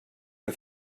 que